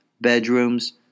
bedrooms